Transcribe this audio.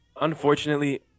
unfortunately